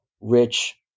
rich